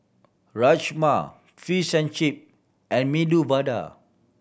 Rajma Fish and Chip and Medu Vada